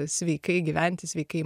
sveikai gyventi sveikai